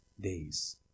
days